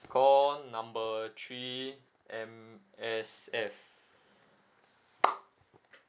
call number three M_S_F